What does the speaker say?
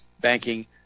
Banking